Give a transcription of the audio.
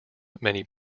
many